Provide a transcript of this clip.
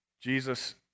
Jesus